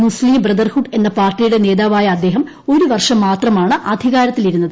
മുസ്ലീം Brotherhood എന്ന പാർട്ടിയുടെ നേതാവായ അദ്ദേഹം ഒരു വർഷം മാത്രമാണ് അധികാരത്തിലിരുന്നത്